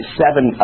seven